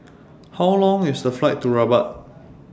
How Long IS The Flight to Rabat